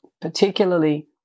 particularly